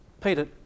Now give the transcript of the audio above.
Peter